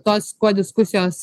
tos kuo diskusijos